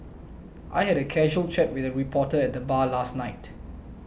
I had a casual chat with a reporter at the bar last night